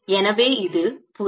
எனவே இது புலம்